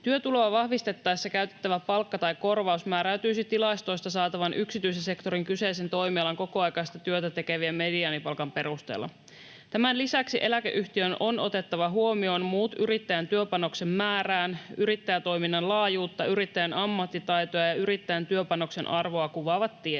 Työtuloa vahvistettaessa käytettävä palkka tai korvaus määräytyisi tilastoista saatavan yksityisen sektorin kyseisen toimialan kokoaikaista työtä tekevien mediaanipalkan perusteella. Tämän lisäksi eläkeyhtiön on otettava huomioon muut yrittäjän työpanoksen määrää, yrittäjätoiminnan laajuutta, yrittäjän ammattitaitoa ja yrittäjän työpanoksen arvoa kuvaavat tiedot.